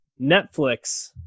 Netflix